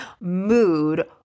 mood